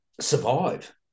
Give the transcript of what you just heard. survive